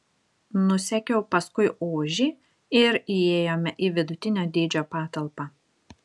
nusekiau paskui ožį ir įėjome į vidutinio dydžio patalpą